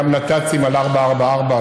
גם נת"צים על 444,